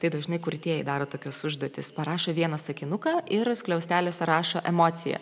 tai dažnai kurtieji daro tokius užduotis parašo vieną sakinuką ir skliausteliuose rašo emociją